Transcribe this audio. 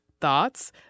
thoughts